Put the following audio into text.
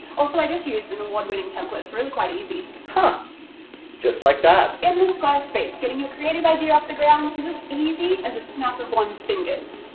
also, i just used an award winning template, it's really quite easy. huh just like that. in the squarespace getting your creative idea off the ground is as easy as a snap of one's fingers.